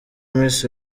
miss